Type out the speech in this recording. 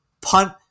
punt